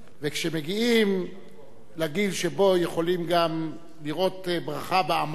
וכשמגיעים לגיל שבו יכולים גם לראות ברכה בעמלם